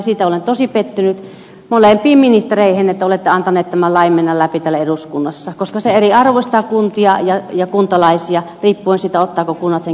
siitä olen tosi pettynyt molempiin ministereihin että olette antaneet tämän lain mennä läpi täällä eduskunnassa koska se eriarvoistaa kuntia ja kuntalaisia riippuen siitä ottavatko kunnat sen käyttöön vai eivät